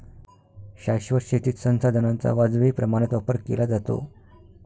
शाश्वत शेतीत संसाधनांचा वाजवी प्रमाणात वापर केला जातो